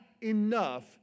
enough